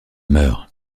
meurt